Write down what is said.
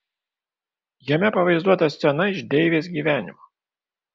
jame pavaizduota scena iš deivės gyvenimo